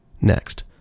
Next